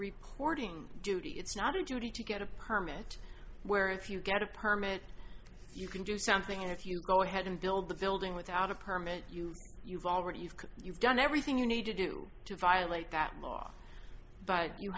reporting duty it's not a duty to get a permit where if you get a permit if you can do something if you go ahead and build the building without a permit you you've already you've you've done everything you need to do to violate that law but you